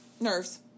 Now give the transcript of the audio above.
nerves